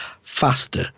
faster